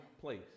place